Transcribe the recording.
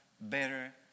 better